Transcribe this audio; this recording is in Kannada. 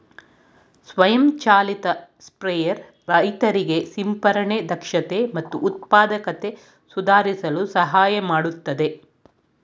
ಸ್ವಯಂ ಚಾಲಿತ ಸ್ಪ್ರೇಯರ್ ರೈತರಿಗೆ ಸಿಂಪರಣೆ ದಕ್ಷತೆ ಮತ್ತು ಉತ್ಪಾದಕತೆ ಸುಧಾರಿಸಲು ಸಹಾಯ ಮಾಡ್ತದೆ